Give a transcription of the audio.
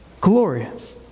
Glorious